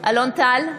אלון טל,